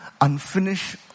unfinished